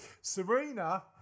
Serena